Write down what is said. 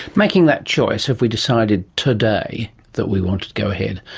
making that choice, if we decided today that we wanted to go ahead,